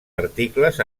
articles